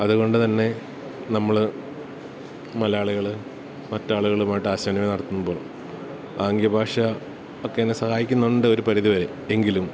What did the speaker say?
അതുകൊണ്ട്തന്നെ നമ്മള് മലയാളികള് മറ്റാളുകളുമായിട്ടാശയവിനിമയം നടത്തുമ്പോൾ ആംഗ്യഭാഷ ഒക്കെ തന്നെ സഹായിക്കുന്നുണ്ട് ഒര് പരിധിവരെ എങ്കിലും